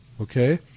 Okay